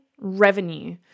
revenue